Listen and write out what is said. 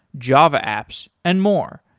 java apps and more.